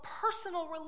personal